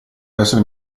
essere